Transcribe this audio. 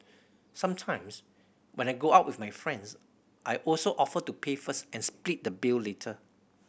sometimes when I go out with my friends I also offer to pay first and split the bill later